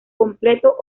completo